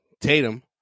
Tatum